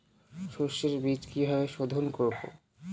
সর্ষে বিজ কিভাবে সোধোন করব?